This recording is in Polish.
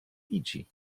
widzi